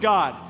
God